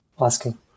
asking